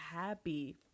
happy